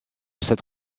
cette